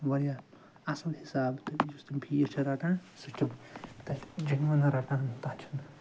واریاہ اصٕل حِساب تہٕ یُس تِم فیٖس چھِ رَٹان سُہ چھِ تِم تَتہِ جیٚنون رَٹان تتھ چھُنہٕ